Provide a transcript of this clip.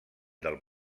del